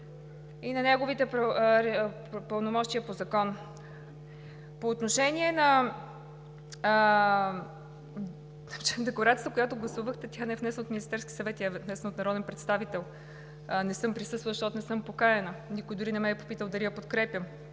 И на неговите пълномощия по закон! По отношение на декларацията, която гласувахте, тя не е внесена от Министерския съвет, тя е внесена от народен представител. Не съм присъствала, защото не съм поканена, никой дори не ме е попитал дали я подкрепям.